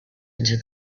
into